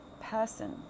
person